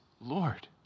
Lord